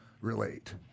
relate